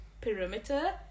perimeter